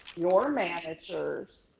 your managers,